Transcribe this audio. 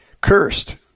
Cursed